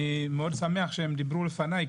אני מאוד שמח שהם דיברו לפניי,